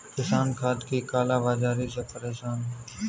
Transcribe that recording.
किसान खाद की काला बाज़ारी से परेशान है